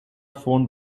phone